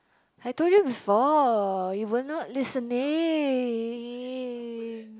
I told you before you were not listening